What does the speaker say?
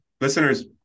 Listeners